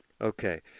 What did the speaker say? Okay